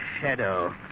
shadow